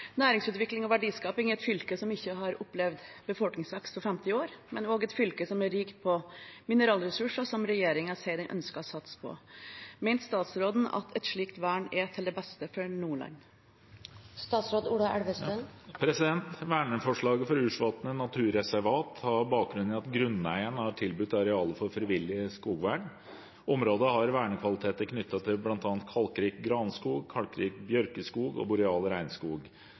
næringsutvikling og verdiskaping i et fylke som ikke har opplevd befolkningsvekst på 50 år, men som er rikt på mineralressurser som regjeringen sier den ønsker å satse på. Mener statsråden at et slikt vern er til det beste for Nordland?» Verneforslaget for Ursvatnet naturreservat har bakgrunn i at grunneieren har tilbudt arealet for frivillig skogvern. Området har vernekvaliteter knyttet til bl.a. kalkrik granskog, kalkrik bjørkeskog og boreal regnskog